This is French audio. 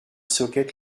socket